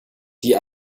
die